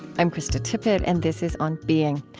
i'm krista tippett, and this is on being.